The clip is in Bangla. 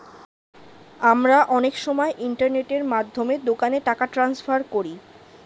আমরা অনেক সময় ইন্টারনেটের মাধ্যমে দোকানে টাকা ট্রান্সফার করি